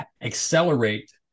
accelerate